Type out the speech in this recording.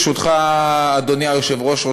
ברשותך אדוני היושב-ראש,